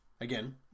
again